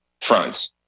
fronts